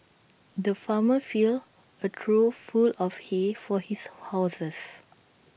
the farmer filled A trough full of hay for his horses